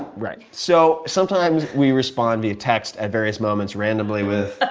right, so sometimes we respond via text at various moments randomly with,